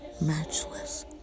matchless